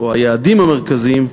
או אחד היעדים המרכזיים,